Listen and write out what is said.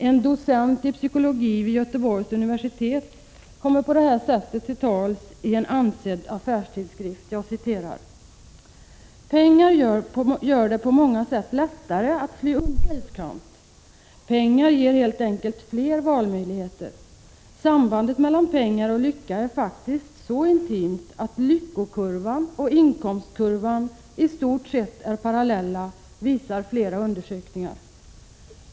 En docent i psykologi vid Göteborgs universitet kommer på detta sätt till tals i en ansedd affärstidskrift: Pengar gör det på många sätt lättare att fly undan olyckan och ge livet guldkant. Pengar ger helt enkelt fler valmöjligheter. Sambandet mellan pengar och lycka är faktiskt så intimt att lyckokurvan och inkomstkurvan i stort sett är parallella, visar flera undersökningar.